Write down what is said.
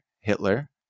Hitler